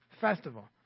festival